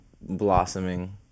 blossoming